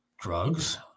drugs